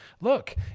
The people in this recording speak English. Look